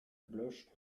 bloche